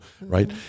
right